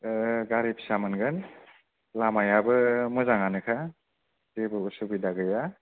गारि फिसा मोनगोन लामायाबो मोजाङानोखा जेबो सुबिदा गैया